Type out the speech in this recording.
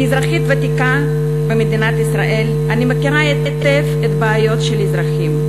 כאזרחית ותיקה במדינת ישראל אני מכירה היטב את הבעיות של האזרחים,